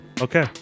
Okay